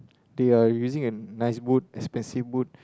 they're using a nice boot expensive boot